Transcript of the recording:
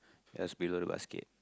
just below the basket